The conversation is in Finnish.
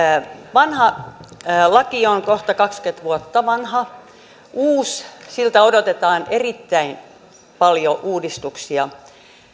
vanha laki on kohta kaksikymmentä vuotta vanha uudelta odotetaan erittäin paljon uudistuksia